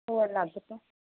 ਉਹ ਅਲੱਗ ਤੋਂ